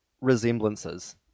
resemblances